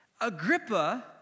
Agrippa